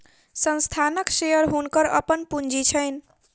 संस्थानक शेयर हुनकर अपन पूंजी छैन